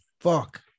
fuck